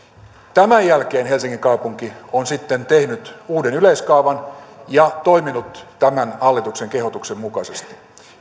tämän jälkeen helsingin kaupunki on sitten tehnyt uuden yleiskaavan ja toiminut tämän hallituksen kehotuksen mukaisesti